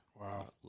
Wow